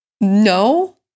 No